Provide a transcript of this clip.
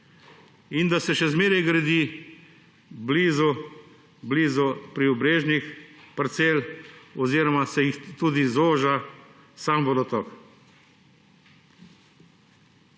in da se še zmeraj gradi blizu priobrežnih parcel oziroma se tudi zoža sam vodotok.